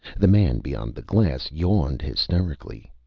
the man beyond the glass yawned hysterically.